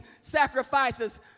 sacrifices